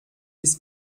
ist